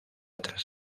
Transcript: tras